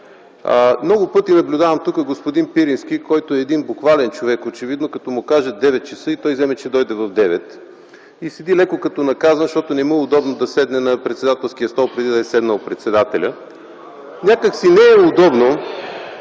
Много пъти наблюдавам господин Пирински, който е един буквален човек, очевидно. Като му се каже 9,00 ч. и той вземе, че дойде в 9,00 ч. Седи малко като наказан, защото не му е удобно да седне на председателския стол преди да е седнал председателят. Не е удобно